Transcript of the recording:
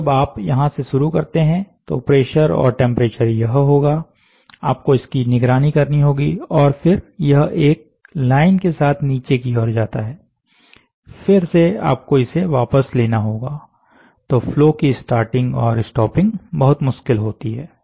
तोजब आप यहां से शुरू करते हैंतो प्रेशर और टेम्परेचर यह होगा आपको इसकी निगरानी करनी होगी और फिर यह एक लाइन के साथ नीचे की ओर जाता है फिर से आपको इसे वापस लेना होगा तो फ्लो की स्टार्टिंग और स्टॉपिंग बहुत मुश्किल होती है